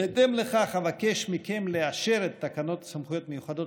בהתאם לכך אבקש מכם לאשר את תקנות סמכויות מיוחדות